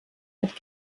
hat